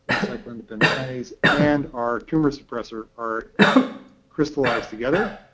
the cyclin-dependent kinase and our tumor suppressor are crystallized together.